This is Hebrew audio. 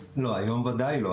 לא, היום וודאי לא.